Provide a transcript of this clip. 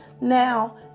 Now